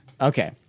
Okay